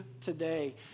today